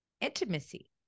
intimacy